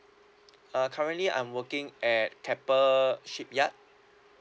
uh currently I'm working at keppel shipyard